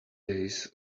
days